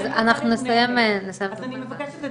אני אחזור קצת לנושא